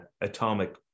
atomic